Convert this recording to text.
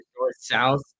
north-south